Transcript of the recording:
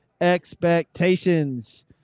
expectations